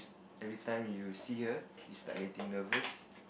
every time you see her you start getting nervous